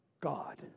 God